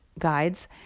guides